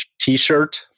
t-shirt